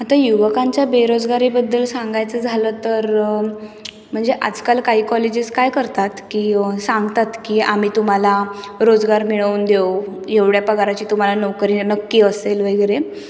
आता युवकांच्या बेरोजगारीबद्दल सांगायचं झालं तर म्हणजे आजकाल काही कॉलेजेस काय करतात की सांगतात की आम्ही तुम्हाला रोजगार मिळवून देऊ एवढ्या पगाराची तुम्हाला नोकरी नक्की असेल वगैरे